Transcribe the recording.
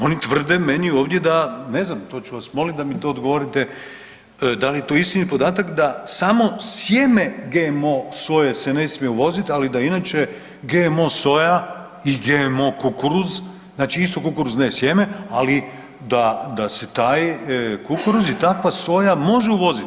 Oni tvrde meni ovdje da, ne znam to ću vas molit da mi to odgovorite da li je to istinit podatak, da samo sjeme GMO soje se ne smije uvozit, ali da inače GMO soja i GMO kukuruz, znači isto kukuruzno sjeme, ali da, da se taj kukuruz i takva soja može uvoziti.